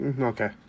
Okay